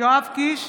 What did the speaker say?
יואב קיש,